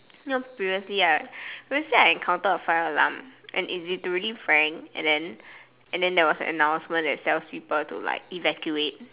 you know previously I previously I encounter a fire alarm and is it to be really frank and then theres an announcement that tells people to evacuate